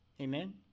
Amen